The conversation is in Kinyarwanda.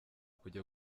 kujya